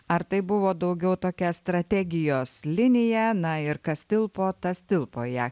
ar tai buvo daugiau tokia strategijos linija na ir kas tilpo tas tilpo į ją